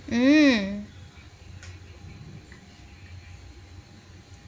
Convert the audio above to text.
mm